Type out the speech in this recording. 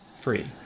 free